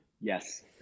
yes